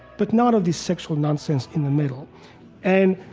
but none of this sexual nonsense in the middle and,